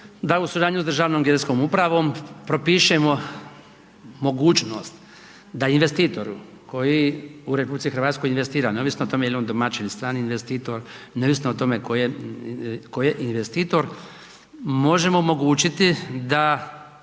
da u suradnji sa Državnom geodetskom upravom propišemo mogućnost da investitoru koji u RH investira, ne ovisno o tome je li on domaćin ili strani investitor, neovisno o tome tko je investitor možemo omogućiti da